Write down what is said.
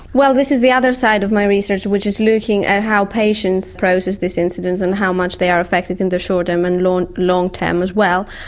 well, this is the other side of my research which is looking at how patients process these incidents and how much they are affected in the short term and long long term as well.